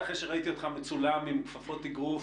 אחרי שראיתי אותך מצולם עם כפפות אגרוף,